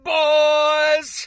boys